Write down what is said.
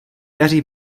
daří